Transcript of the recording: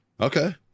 Okay